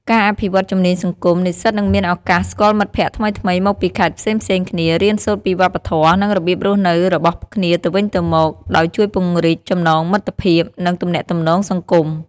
ការអភិវឌ្ឍជំនាញសង្គម និស្សិតនឹងមានឱកាសស្គាល់មិត្តភក្តិថ្មីៗមកពីខេត្តផ្សេងៗគ្នា រៀនសូត្រពីវប្បធម៌ និងរបៀបរស់នៅរបស់គ្នាទៅវិញទៅមក ដែលជួយពង្រីកចំណងមិត្តភាព និងទំនាក់ទំនងសង្គម។